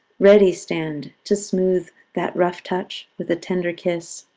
ready stand to smooth that rough touch with a tender kiss.